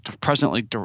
presently